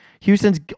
Houston's